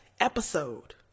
episode